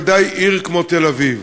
ודאי עיר כמו תל-אביב.